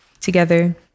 together